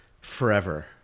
forever